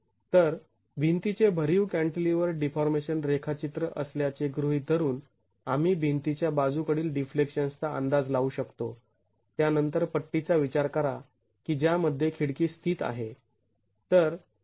तर भिंतीचे भरीव कॅण्टिलीवर्ड डीफॉर्मेशन रेखाचित्र असल्याचे गृहीत धरून आपण भिंती च्या बाजू कडील डिफ्लेक्शन्स् चा अंदाज लावू शकतो त्यानंतर पट्टीचा विचार करा की ज्या मध्ये खिडकी स्थित आहे